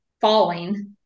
falling